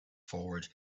forward